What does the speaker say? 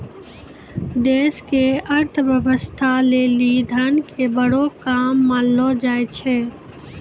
देश के अर्थव्यवस्था लेली धन के बड़ो काम मानलो जाय छै